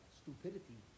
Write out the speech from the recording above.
stupidity